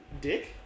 Dick